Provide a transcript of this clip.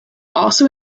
also